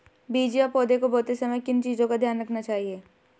बीज या पौधे को बोते समय किन चीज़ों का ध्यान रखना चाहिए?